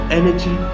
energy